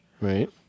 Right